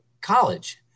college